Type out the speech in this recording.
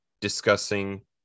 discussing